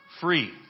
free